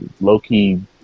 low-key